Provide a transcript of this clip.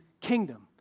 kingdom